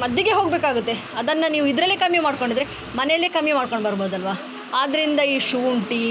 ಮದ್ದಿಗೆ ಹೋಗಬೇಕಾಗುತ್ತೆ ಅದನ್ನು ನೀವು ಇದರಲ್ಲೆ ಕಮ್ಮಿ ಮಾಡಿಕೊಂಡಿದ್ರೆ ಮನೆಯಲ್ಲೇ ಕಮ್ಮಿ ಮಾಡ್ಕೊಂಡು ಬರ್ಬೋದಲ್ಲವಾ ಆದ್ದರಿಂದ ಈ ಶುಂಠಿ